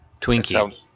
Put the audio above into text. twinkie